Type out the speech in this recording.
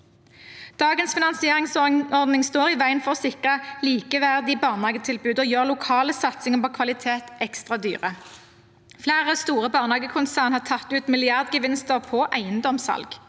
Dagens finansieringsordning står i veien for å sikre likeverdige barnehagetilbud og gjør lokale satsinger på kvalitet ekstra dyre. Flere store barnehagekonsern har tatt ut milliardgevinster på eiendomssalg.